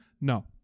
No